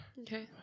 Okay